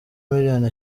miliyoni